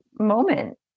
moment